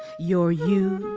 your you,